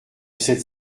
cette